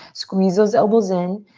squeeze those elbows in.